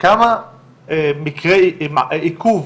כמה מקרי עיכוב